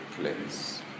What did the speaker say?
place